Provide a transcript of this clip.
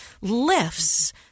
lifts